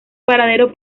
paradero